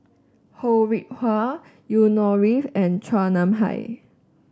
Ho Rih Hwa Yusnor Ef and Chua Nam Hai